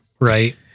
right